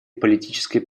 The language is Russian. политической